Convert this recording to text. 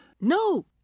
no